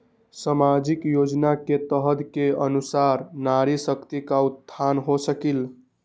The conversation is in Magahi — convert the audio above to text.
सामाजिक योजना के तहत के अनुशार नारी शकति का उत्थान हो सकील?